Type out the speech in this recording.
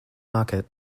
market